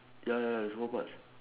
ya ya ya there's a whole march